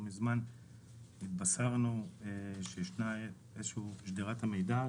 לא מזמן התבשרנו שישנה איזושהי שדירת המידע,